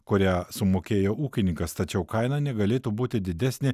kurią sumokėjo ūkininkas tačiau kaina negalėtų būti didesnė